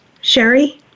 Sherry